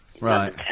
Right